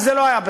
וזה לא בחקיקה,